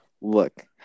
Look